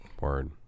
Word